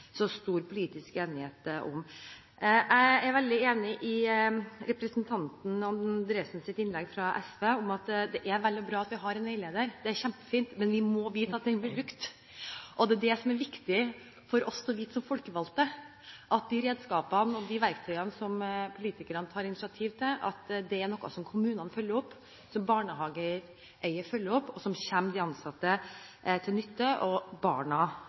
så stor politisk enighet om. Jeg er veldig enig i innlegget fra representanten Kvifte Andresen fra SV: Det er vel og bra at vi har en veileder, det er kjempefint, men vi må vite at den blir brukt. Det er viktig å vite for oss som folkevalgte at de redskapene og de verktøyene som politikerne tar initiativ til, er noe som kommunene følger opp, som barnehageeier følger opp, og som kommer de ansatte til nytte og barna